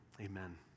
amen